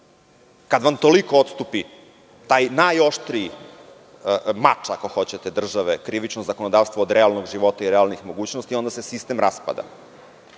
Kad vam toliko odstupi taj najoštriji mač, ako hoćete države, krivično zakonodavstvo od realnog života i realnih mogućnosti, onda se sistem raspada,